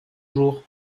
jour